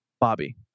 Bobby